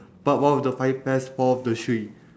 but one of the five pears fall off the tree